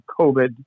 covid